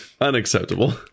unacceptable